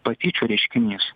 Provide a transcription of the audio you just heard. patyčių reiškinys